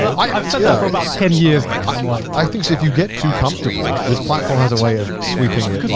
i've said that for about ten years now. and i'm like, i think, if you get too comfortable this platform has a way of sweeping it